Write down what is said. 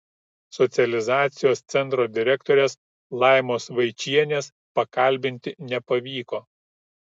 socializacijos centro direktorės laimos vaičienės pakalbinti nepavyko